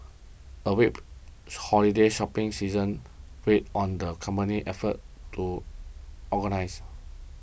a whip holiday shopping season weighed on the company's efforts to organise